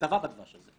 וטבע בדבש הזה.